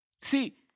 See